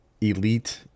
elite